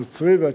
הנוצרי והצ'רקסי.